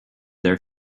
their